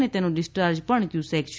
અને તેનો ડિસ્યાર્જ પર ક્યુસેક છે